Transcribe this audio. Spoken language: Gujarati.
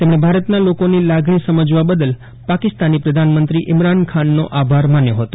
તેમણે ભારતના લોકોની લાગણી સમજવા બદલ પાકિસ્તાની પધાનમંત્રી ઇમરાન ખાનનો આભાર માન્યો હતો